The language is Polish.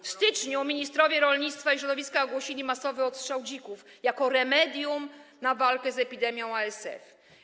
W styczniu ministrowie rolnictwa i środowiska ogłosili masowy odstrzał dzików jako remedium na walkę z epidemią ASF.